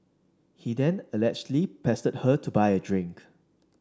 he then allegedly pestered her to buy a drink